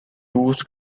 tours